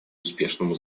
успешному